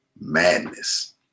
madness